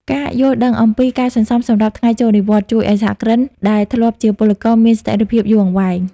ការយល់ដឹងអំពី "ការសន្សំសម្រាប់ថ្ងៃចូលនិវត្តន៍" ជួយឱ្យសហគ្រិនដែលធ្លាប់ជាពលករមានស្ថិរភាពយូរអង្វែង។